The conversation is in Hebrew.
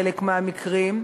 בחלק מהמקרים,